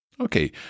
Okay